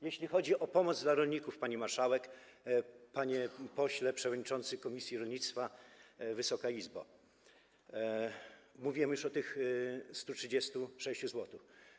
Jeśli chodzi o pomoc dla rolników, pani marszałek, panie pośle przewodniczący komisji rolnictwa, Wysoka Izbo, to mówiłem już o tych 136 zł.